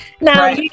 Now